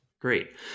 Great